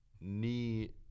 knee